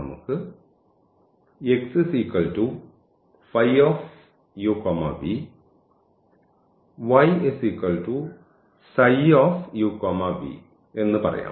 നമുക്ക് എന്ന് പറയാം